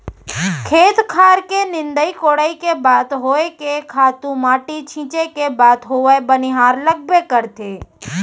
खेत खार के निंदई कोड़ई के बात होय के खातू माटी छींचे के बात होवय बनिहार लगबे करथे